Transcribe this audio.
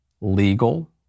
legal